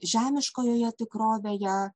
žemiškojoje tikrovėje